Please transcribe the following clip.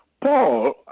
Paul